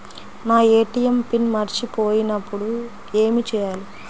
నా ATM PIN మరచిపోయినప్పుడు ఏమి చేయాలి?